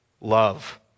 love